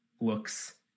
looks